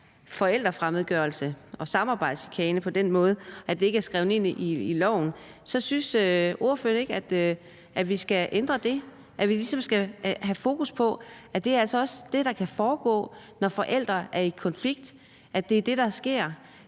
forældrefremmedgørelse og samarbejdschikane på den måde, at det ikke er skrevet ind i loven, så synes ordføreren ikke, at vi skal ændre det, altså at vi ligesom skal have fokus på, at det også er det, der kan foregå, når forældre er i konflikt; at det er det, der sker.